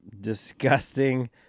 disgusting